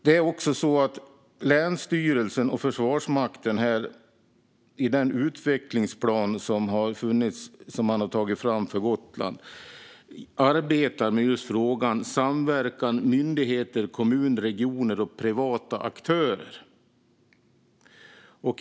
Det är också så att länsstyrelsen och Försvarsmakten i den utvecklingsplan som har tagits fram för Gotland arbetar med frågan om samverkan mellan myndigheter, kommuner, regioner och privata aktörer.